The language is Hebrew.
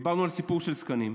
דיברנו על סיפור של זקנים,